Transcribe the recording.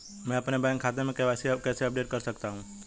मैं अपने बैंक खाते में के.वाई.सी कैसे अपडेट कर सकता हूँ?